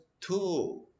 two